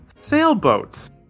sailboats